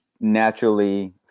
naturally